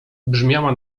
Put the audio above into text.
brzmiała